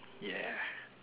yeah